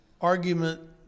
argument